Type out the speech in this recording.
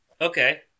Okay